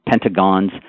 pentagons